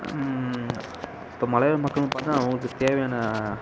இப்போ மலைவாழ் மக்கள்னு பார்த்திங்கனா அவங்களுக்குத் தேவையான